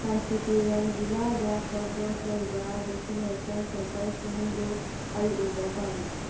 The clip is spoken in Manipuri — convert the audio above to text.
ꯀꯥꯟꯆꯤꯄꯨꯔꯝ ꯖꯤꯂꯥꯗ ꯐꯥꯔꯁ ꯗꯣꯁ ꯂꯩꯕ ꯕꯦꯛꯁꯤꯅꯦꯁꯟ ꯁꯦꯟꯇꯔꯁꯤꯡꯗꯨ ꯑꯩ ꯎꯕ ꯄꯥꯝꯃꯤ